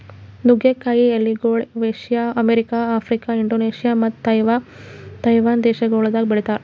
ನುಗ್ಗೆ ಕಾಯಿ ಎಲಿಗೊಳ್ ಏಷ್ಯಾ, ಅಮೆರಿಕ, ಆಫ್ರಿಕಾ, ಇಂಡೋನೇಷ್ಯಾ ಮತ್ತ ತೈವಾನ್ ದೇಶಗೊಳ್ದಾಗ್ ಬೆಳಿತಾರ್